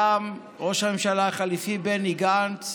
וגם ראש הממשלה החליפי בני גנץ